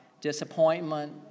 disappointment